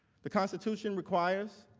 the constitution requires,